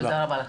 תודה.